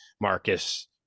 Marcus